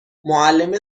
معلم